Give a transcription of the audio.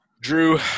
Drew